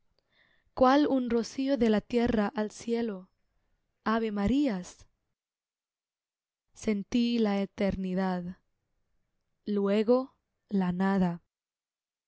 cual un rocío de la tierra al cielo ave marías sentí la eternidad luego la nada